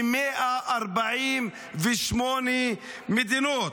מ-148 מדינות.